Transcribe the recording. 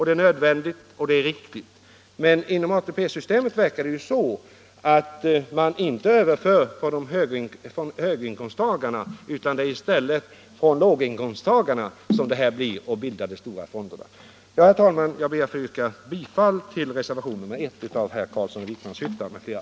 Det är nödvändigt och riktigt. Men inom ATP-systemet är det inkomstöverföringar inte från höginkomsttagarna utan från låginkomsttagarna som bildar de stora fonderna. Herr talman! Jag ber att få yrka bifall till reservationen 2 av herr Carlsson i Vikmanshyttan m.fl.